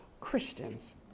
Christians